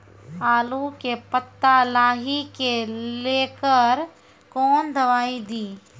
आलू के पत्ता लाही के लेकर कौन दवाई दी?